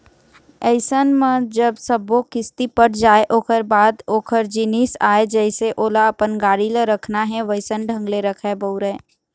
अइसन म जब सब्बो किस्ती पट जाय ओखर बाद ओखर जिनिस आय जइसे ओला अपन गाड़ी ल रखना हे वइसन ढंग ले रखय, बउरय